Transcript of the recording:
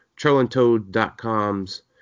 TrollandToad.com's